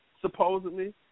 supposedly